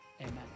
Amen